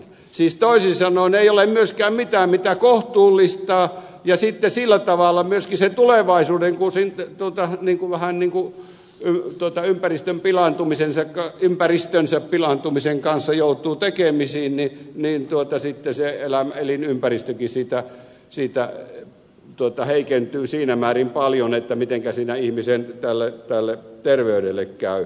siis toisin sanoen ei ole myöskään mitään mitä kohtuullistaa ja sitten sillä tavalla mystisen tulevaisuuden musiikki tota niinku vähän niinku en väitä myöskin kun ympäristönsä pilaantumisen kanssa joutuu tekemisiin niin sitten se elinympäristökin siitä heikentyy siinä määrin paljon että mitenkä siinä ihmisen terveydelle käy